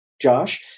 Josh